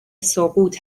سقوط